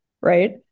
right